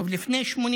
טוב, לפני 1987,